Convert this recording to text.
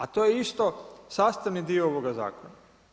A to je isto sastavni dio ovoga zakona.